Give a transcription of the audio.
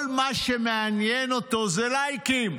כל מה שמעניין אותו זה לייקים.